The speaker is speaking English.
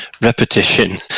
repetition